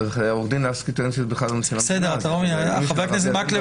אבל עורכת הדין לסקי טוענת --- חבר הכנסת מקלב,